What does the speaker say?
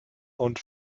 und